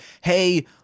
hey